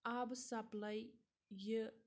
آبہٕ سَپلاے یہِ